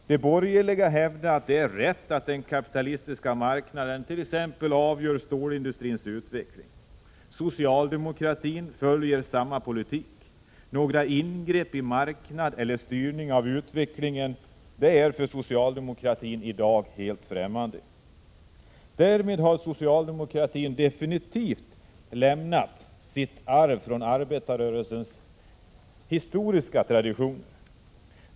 De borgerliga hävdar att det är rätt att den kapitalistiska marknaden t.ex. avgör stålindustrins utveckling. Socialdemokratin följer samma politik. Ingrepp i marknaden eller styrning av utvecklingen är för socialdemokratin i dag helt fftämmande. Därmed har socialdemokratin definitivt lämnat sitt arv från arbetarrörelsens historiska traditio ner.